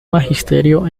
magisterio